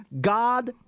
God